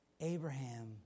Abraham